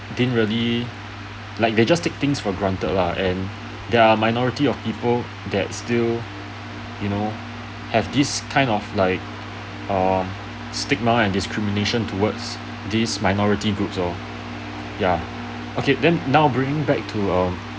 didn't really like they just take things for granted lah and there are minority of people that still you know have these kinds of like um stigma and discrimination towards these minority groups uh ya okay then now bringing back to um